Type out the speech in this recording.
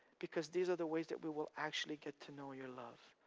because these are the ways that we will actually get to know your love,